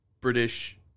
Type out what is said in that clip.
British